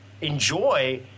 enjoy